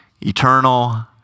eternal